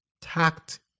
tact